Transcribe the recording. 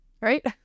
Right